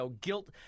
guilt